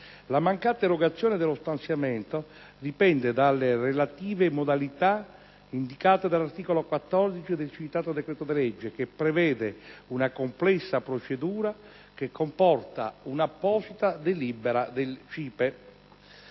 la mancata erogazione dello stanziamento dipende dalle relative modalità indicate dall'articolo 14 del citato decreto legge, che prevede una complessa procedura che comporta anche una apposita delibera del CIPE.